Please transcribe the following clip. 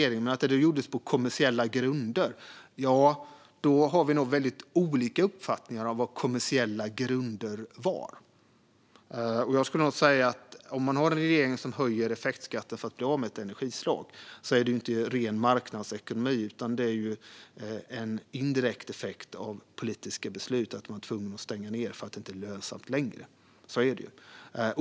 När det gäller att det gjordes på kommersiella grunder har vi nog väldigt olika uppfattningar om vad kommersiella grunder är. Jag skulle nog säga att om man har en regering som höjer effektskatten för att bli av med ett energislag är det inte ren marknadsekonomi. Snarare är det en indirekt effekt av politiska beslut att man blir tvungen att stänga ned därför att det inte är lönsamt längre. Så är det.